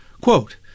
Quote